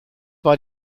war